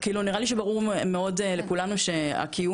כאילו נראה לי שברור מאוד לכולנו שקיום